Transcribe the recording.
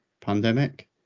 pandemic